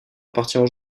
appartient